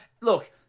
Look